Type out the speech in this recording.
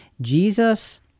Jesus